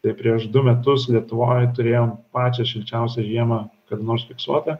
tai prieš du metus lietuvoj turėjom pačią šilčiausią žiemą kada nors fiksuotą